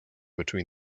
between